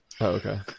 Okay